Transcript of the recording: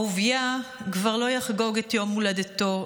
אהוביה כבר לא יחגוג את יום הולדתו,